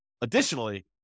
additionally